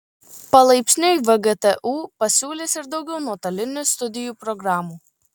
palaipsniui vgtu pasiūlys ir daugiau nuotolinių studijų programų